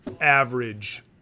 average